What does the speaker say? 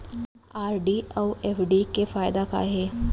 RD अऊ FD के फायेदा का हे?